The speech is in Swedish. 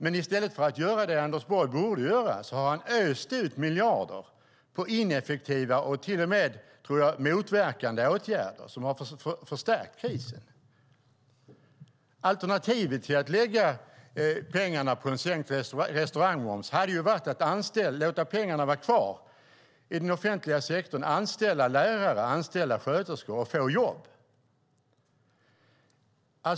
Men i stället för att göra det som Anders Borg borde göra har han öst ut miljarder på ineffektiva och till och med, tror jag, motverkande åtgärder som har förstärkt krisen. Alternativet till att lägga pengarna på en sänkt restaurangmoms hade varit att låta pengarna vara kvar i den offentliga sektorn för att kunna anställa lärare och sköterskor och skapa jobb.